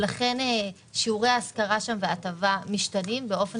לכן שיעורי ההשכרה שם וההטבה משתנים באופן